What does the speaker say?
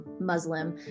Muslim